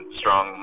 strong